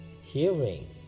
Hearing